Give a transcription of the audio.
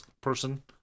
person